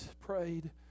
prayed